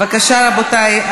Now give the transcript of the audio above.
בבקשה, רבותי.